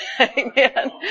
Amen